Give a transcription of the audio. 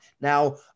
Now